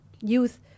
youth